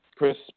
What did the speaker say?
Chris